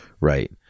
Right